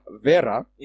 Vera